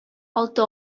алты